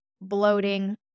bloating